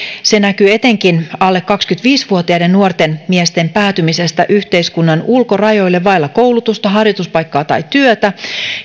se näkyy etenkin alle kaksikymmentäviisi vuotiaiden nuorten miesten päätymisenä yhteiskunnan ulkorajoille vailla koulutusta harjoituspaikkaa tai työtä